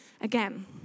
again